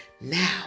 now